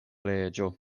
reĝo